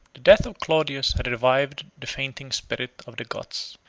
the death of claudius had revived the fainting spirit of the goths.